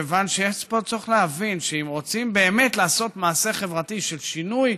מכיוון שיש פה צורך להבין שאם רוצים באמת לעשות מעשה חברתי של שינוי,